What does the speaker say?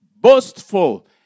boastful